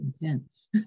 intense